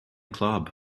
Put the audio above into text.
club